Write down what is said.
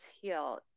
heal